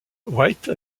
white